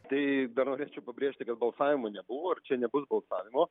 tai dar norėčiau pabrėžti kad balsavimo nebuvo ir čia nebus balsavimo